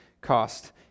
cost